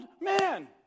man